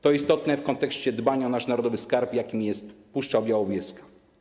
To istotne w kontekście dbania o nasz narodowy skarb, jakim jest Puszcza Białowieska.